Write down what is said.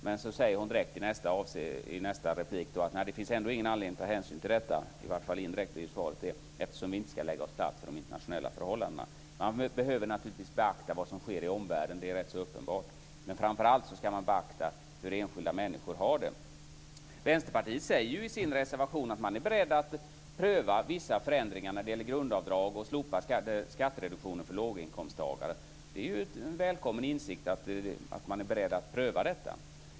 Å andra sidan sade hon direkt i nästa replik att det ändå inte finns någon anledning att ta hänsyn till detta - det är i vart fall det indirekta svaret - eftersom vi inte ska lägga oss platt inför de internationella förhållandena. Man behöver naturligtvis beakta vad som sker i omvärlden. Det är rätt uppenbart. Men framför allt ska man beakta hur enskilda människor har det. Vänsterpartiet säger i sin reservation att man är beredd att pröva vissa förändringar när det gäller grundavdrag och slopad skattereduktion för låginkomsttagare. Det är en välkommen insikt att man är beredd att pröva detta.